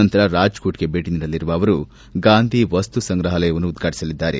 ನಂತರ ರಾಜ್ಕೋಟ್ಗೆ ಭೇಟ ನೀಡಲಿರುವ ಅವರು ಗಾಂಧಿ ವಸ್ತುಸಂಗ್ರಹಾಲಯವನ್ನು ಉದ್ವಾಟಸಲಿದ್ದಾರೆ